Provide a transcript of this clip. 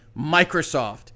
Microsoft